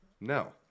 No